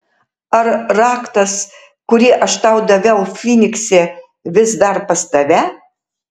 ar raktas kurį aš tau daviau fynikse vis dar pas tave